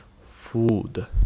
food